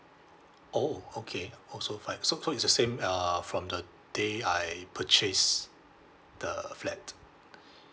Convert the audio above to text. oh okay also five so so is the same uh from the day I purchased the flat